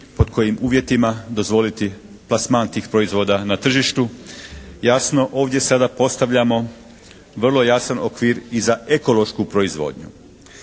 pod kojim uvjetima dozvoliti plasman tih proizvoda na tržištu. Jasno ovdje sada postavljamo vrlo jasan okvir i za ekološku proizvodnju.